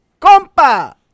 compa